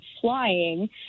flying